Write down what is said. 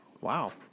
Wow